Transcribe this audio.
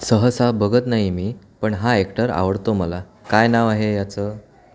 सहसा बघत नाही मी पण हा ॲक्टर आवडतो मला काय नाव आहे याचं